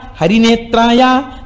Harinetraya